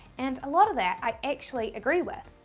and a lot of that i actually agree with.